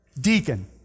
Deacon